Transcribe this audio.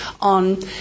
on